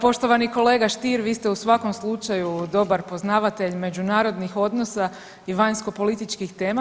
Poštovani kolega Stier vi ste u svakom slučaju dobar poznavatelj međunarodnih odnosa i vanjskopolitičkih tema.